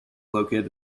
located